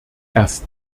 erst